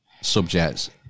subjects